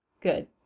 Good